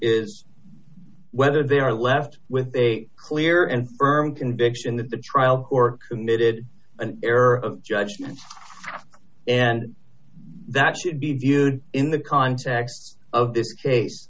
d whether they are left with a clear and firm conviction that the trial or committed an error of judgment and that should be viewed in the context of this case